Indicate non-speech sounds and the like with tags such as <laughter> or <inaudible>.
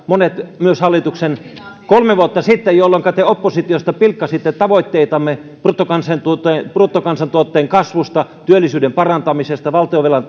<unintelligible> monet hallituksen kolme vuotta sitten esittämistä tavoitteista jolloinka te oppositiosta pilkkasitte tavoitteitamme bruttokansantuotteen bruttokansantuotteen kasvusta työllisyyden parantamisesta valtionvelan <unintelligible>